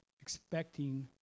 expecting